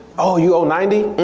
oh you owe ninety?